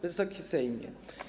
Wysoki Sejmie!